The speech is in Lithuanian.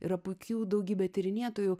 yra puikių daugybė tyrinėtojų